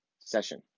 session